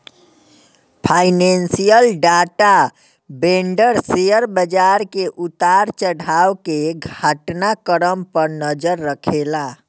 financial data vendor share बाजार के उतार चढ़ाव के घटना क्रम पर नजर रखेला